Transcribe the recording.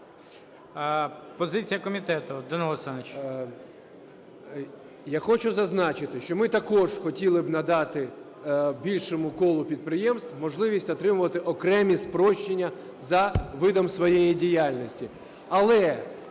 Я хочу зазначити, що ми також хотіли б надати більшому колу підприємств можливість отримувати окремі спрощення за видом своєї діяльності.